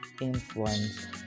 influence